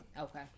Okay